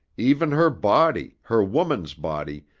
even her body, her woman's body,